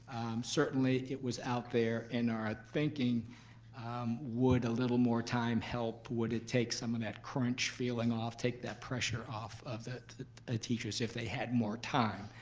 certainly it was out there in our thinking would a little more time help? would it take some of that crunch feeling off, take that pressure off of our ah teachers if they had more time?